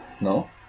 No